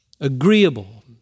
agreeable